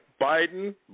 Biden